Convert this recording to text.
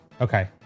Okay